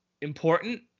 important